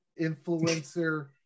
influencer